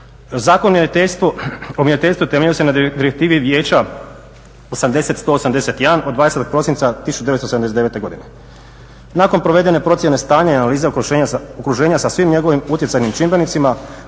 Zakon o mjeriteljstvu temelji se na Direktivi Vijeća 88/181 od 20. prosinca 1979. godine. Nakon provedene procjene stanja i analize okruženja sa svim njegovim utjecajnim čimbenicima